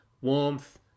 warmth